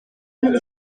muri